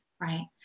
right